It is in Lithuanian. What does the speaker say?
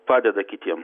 padeda kitiems